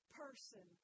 person